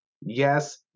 yes